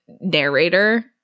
narrator